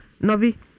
Novi